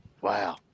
wow